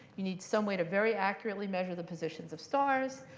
you need some way to very accurately measure the positions of stars,